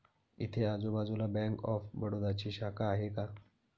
इथे आजूबाजूला bank of बडोदाची शाखा आहे का?